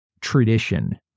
tradition